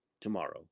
tomorrow